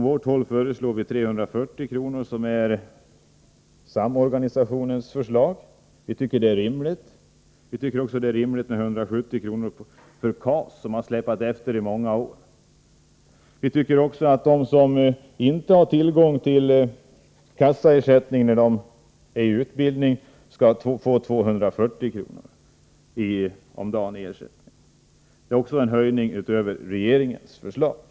Vi föreslår 340 kr., vilket är Arbetslöshetskassornas samorganisations förslag. Vi tycker att detta är rimligt. Vi tycker också att det är rimligt med 170 kr. i KAS, som har släpat efter i många år. Vi anser vidare att de som inte har kassaersättning när de är i utbildning skall få 240 kr. om dagen. Detta är också en höjning utöver regeringens förslag.